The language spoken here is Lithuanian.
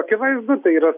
akivaizdu tai yra